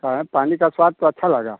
कहें पानी का स्वाद तो अच्छा लगा